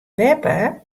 beppe